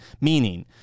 Meaning